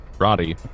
Roddy